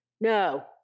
no